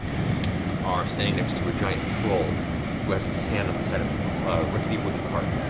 are staying next to a giant troll who has his hand on the side of a rickety wooden cart.